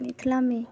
मिथिलामे